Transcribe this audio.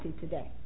today